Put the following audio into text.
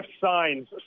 signs